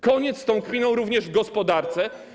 Koniec z kpiną również w gospodarce.